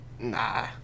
nah